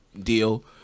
deal